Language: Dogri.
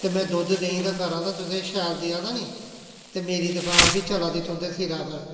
ते में दुद्ध देही दा करा दां तुसेंगी शैल देआ दा निं ते मेरी दकान बी चला दी तुं'दे सिरै पर